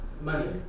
Money